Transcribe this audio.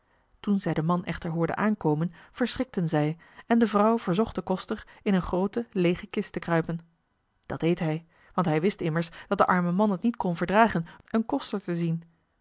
toen zij den man echter hoorden aankomen verschrikten zij en de vrouw verzocht den koster in een groote leege kist te kruipen dat deed hij want hij wist immers dat de arme man het niet kon verdragen een koster te zien